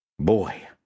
Boy